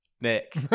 Nick